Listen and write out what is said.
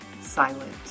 silent